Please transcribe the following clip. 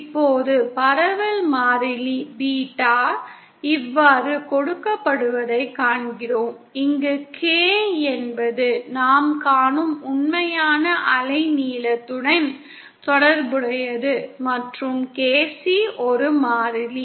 இப்போது பரவல் மாறிலி பீட்டா இவ்வாறு கொடுக்கப்படுவதைக் காண்கிறோம் இங்கு K என்பது நாம் காணும் உண்மையான அலைநீளத்துடன் தொடர்புடையது மற்றும் KC ஒரு மாறிலி